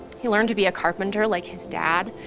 he learned to be a carpenter like his dad,